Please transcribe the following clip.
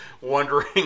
wondering